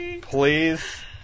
Please